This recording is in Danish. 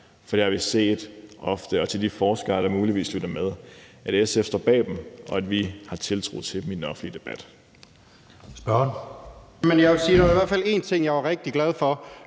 gerne understrege over for de forskere, der muligvis lytter med, at SF står bag dem, og at vi har tiltro til dem i den offentlige debat.